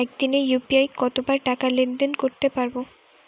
একদিনে ইউ.পি.আই কতবার টাকা লেনদেন করতে পারব?